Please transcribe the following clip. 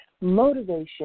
motivation